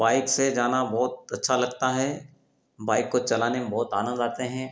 bike से जाना बहुत अच्छा लगता है बाइक को चलाने में बहुत आनंद आते हैं